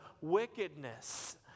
wickedness